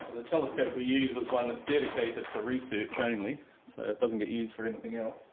the telescope we use is one that's dedicated for research only, so it doesn't get used for anything else.